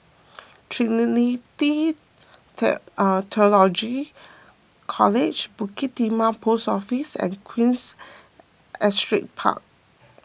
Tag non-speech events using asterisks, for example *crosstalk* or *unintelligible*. Trinity *unintelligible* theological College Bukit Timah Post Office and Queens Astrid Park